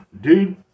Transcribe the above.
Dude